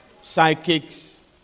psychics